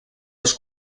les